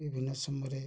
ବିଭିନ୍ନ ସମୟରେ